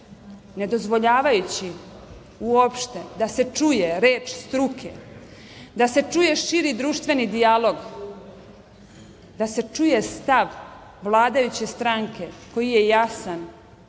ne dozvoljavajući uopšte da se čuje reč struke, da se čuje širi društveni dijalog, da se čuje stav vladajuće stranke koji je jasan